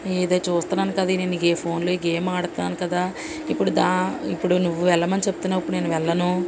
ఇది చూస్తున్నాను కదా ఈ ఫోన్లో ఈ గేమ్ ఆడుతాను కదా ఇప్పుడు దా ఇప్పుడు నువ్వు వెళ్ళమని చెప్తున్నావు నేను వెళ్ళను